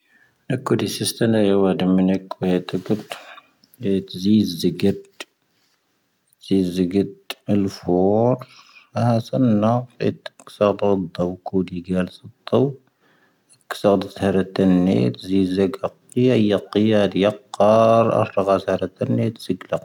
ⵏⴽⵓⴷⵉⵙⵉⵙⵜⴰⵏⴰ ⵢⴰⵡⴰⴷⴰ ⵎⵏⵉⴽⵡ ⵢⴰ ⵜⴽⵓⵜ. ⵢⴰ ⵜⵣⵉⵣⵉⴳⵉⵜ. ⵜⵣⵉⵣⵉⴳⵉⵜ ⵉⵍⴼⵡoⵔⵙ. ⴰⵀⴰⵙⴰⵏ ⵏⴰⴼ ⵉⵜ. ⵇⵙⴰⴰⴷⵣⴰⵡ ⴽⵓⴷⵉⴳⵉⵍ ⵙⵓⵜⴰⵡ. ⵇⵙⴰⴰⴷⵣⴰⵀⴰⵔⴻⵜⵉⵏⵏⴰ ⵉⵜ. ⵜⵣⵉⵣⵉⴳⴰⴽⵉⴰ ⵢⴰⵇⵉⴰ ⵢⴰⵇⵇⴰⵔ. ⴰⵔⵔⴰⵇⴰⵙⴰⵀⴰⵔⴻⵜⵉⵏⵏⴰ ⵉⵜⵣⵉⴳⵍⴰ.